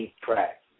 Track